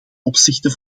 opzichte